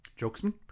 Jokesman